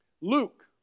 Luke